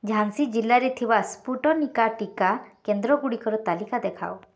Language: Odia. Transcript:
ଝାନ୍ସୀ ଜିଲ୍ଲାରେ ଥିବା ସ୍ପୁଟନିକା ଟିକା କେନ୍ଦ୍ରଗୁଡ଼ିକର ତାଲିକା ଦେଖାଅ